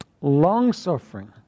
long-suffering